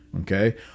Okay